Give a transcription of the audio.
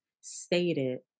stated